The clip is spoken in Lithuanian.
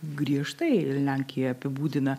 griežtai lenkija apibūdina